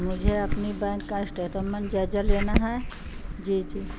مجھے اپنی بینک کا اسٹیتمند جائجہ لینا ہے جی جی